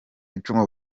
icumu